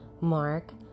Mark